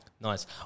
Nice